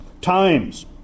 Times